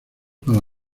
para